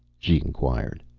she inquired.